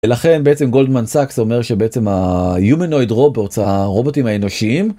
לכן בעצם גולדמן סאקס אומר שבעצם ה-humanoid robots, הרובוטים האנושיים,